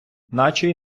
наче